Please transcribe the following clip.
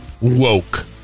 woke